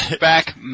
back